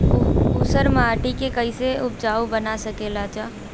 ऊसर माटी के फैसे उपजाऊ बना सकेला जा?